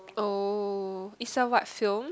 oh is a what sale